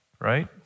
right